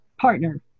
partner